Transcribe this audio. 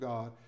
God